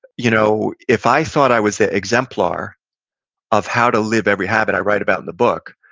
you know if i thought i was the exemplar of how to live every habit i write about the book,